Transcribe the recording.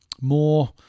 more